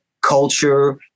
culture